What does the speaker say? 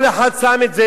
כל אחד שם את זה,